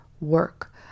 work